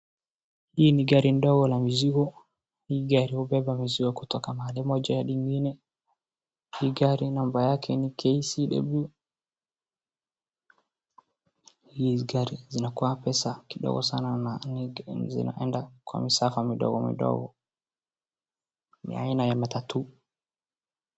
Hii ni gari ndogo la mizigo, hii gari hubeba mizigo kutoka mahali moja hadi nyingine, hii gari namba yake ni KCW, hii gari inakuwa pesa kidogo sana na zinaenda kwa misafa midogo midogo, ni aina ya matatu.